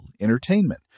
entertainment